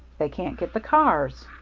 they can't get the cars.